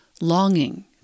longing